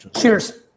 Cheers